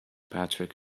patrick